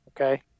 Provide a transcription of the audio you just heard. Okay